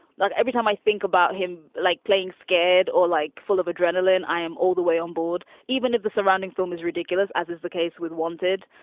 like every time i think about him, like playing scared or like full of adrenaline, i am all the way on board. even if the surrounding film is ridiculous, as is the case with wanted.